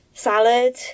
salad